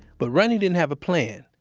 but ronnie didn't have a plan.